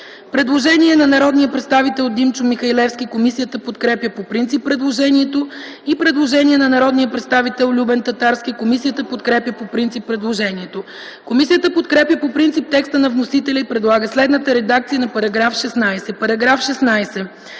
Предложение на народния представител Димчо Михалевски. Комисията подкрепя по принцип предложението. Предложение на народния представител Любен Татарски. Комисията подкрепя по принцип предложението. Комисията подкрепя по принцип текста на вносителя и предлага следната редакция на § 16: „§ 16.